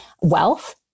wealth